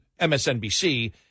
msnbc